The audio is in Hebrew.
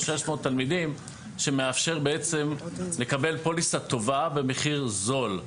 שש מאות תלמידים שמאפשר בעצם לקבל פוליסה טובה במחיר זול.